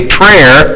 prayer